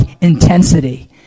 intensity